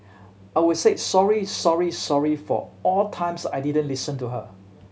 I would say sorry sorry sorry for all times I didn't listen to her